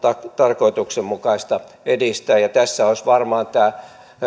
tarkoituksenmukaista edistää tässä nämä